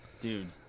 dude